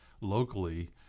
locally